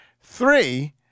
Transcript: Three